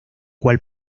cual